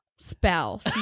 Spouse